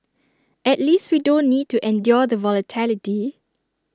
at least we don't need to endure the volatility